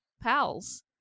pals